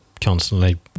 constantly